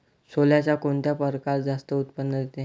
सोल्याचा कोनता परकार जास्त उत्पन्न देते?